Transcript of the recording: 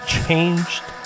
changed